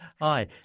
Hi